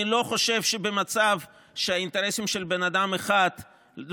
אני לא חושב שבמצב שבו האינטרסים של בן אדם אחד לוקחים